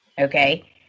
Okay